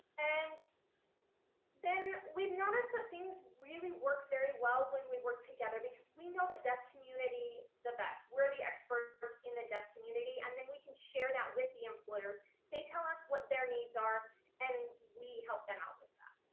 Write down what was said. and then we've noticed some things really work very well when we work together because we know the deaf community the best. we're the experts in the deaf community and then we can share that with the employers they tell us what their needs are and we help them out with that.